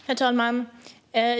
Herr talman!